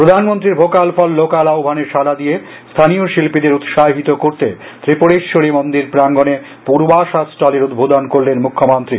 প্রধানমন্ত্রীর vocal for local আহ্বানে সাডা দিয়ে স্থানীয় শিল্পীদের উৎসাহিত করতে ত্রিপুরেশ্বরী মন্দির প্রাঙ্গণে পূর্বাশা স্টলের উদ্বোধন করলেন মুখ্যমন্ত্রী